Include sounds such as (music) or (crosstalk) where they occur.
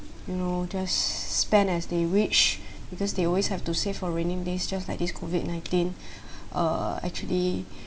you know just spend as they wish because they always have to save for rainy days just like this COVID nineteen (breath) uh actually